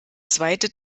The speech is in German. zweite